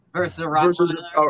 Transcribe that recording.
Versus